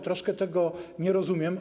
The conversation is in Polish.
Troszkę tego nie rozumiem.